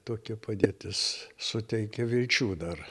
tokia padėtis suteikia vilčių dar